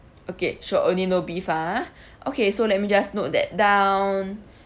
okay sure only no beef ah okay so let me just note that down